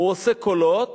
הוא עושה קולות,